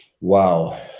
Wow